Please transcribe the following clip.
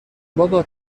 بابا